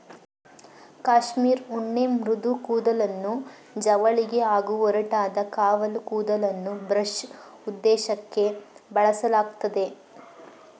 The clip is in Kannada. ಕ್ಯಾಶ್ಮೀರ್ ಉಣ್ಣೆ ಮೃದು ಕೂದಲನ್ನು ಜವಳಿಗೆ ಹಾಗೂ ಒರಟಾದ ಕಾವಲು ಕೂದಲನ್ನು ಬ್ರಷ್ ಉದ್ದೇಶಕ್ಕೇ ಬಳಸಲಾಗ್ತದೆ